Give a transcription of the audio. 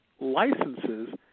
licenses